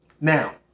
now